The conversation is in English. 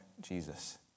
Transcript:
Jesus